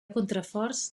contraforts